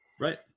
Right